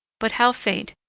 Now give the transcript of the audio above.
but how faint,